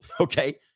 Okay